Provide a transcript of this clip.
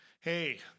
Hey